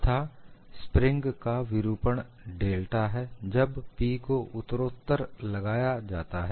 तथा स्प्रिंग का विरूपण डेल्टा है जब P को उत्तरोत्तर लगाया जाता है